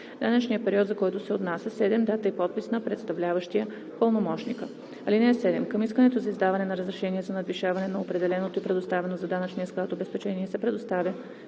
данъчния период, за който се отнася; 7. дата и подпис на представляващия/пълномощника. (7) Към искането за издаване на разрешение за надвишаване на определеното и предоставено за данъчния склад обезпечение се представя